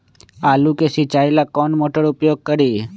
आलू के सिंचाई ला कौन मोटर उपयोग करी?